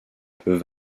peut